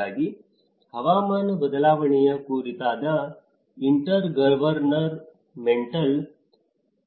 ಹಾಗಾಗಿ ಹವಾಮಾನ ಬದಲಾವಣೆಯ ಕುರಿತಾದ ಇಂಟರ್ಗವರ್ನಮೆಂಟಲ್